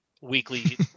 weekly